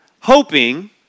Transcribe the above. Hoping